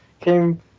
Came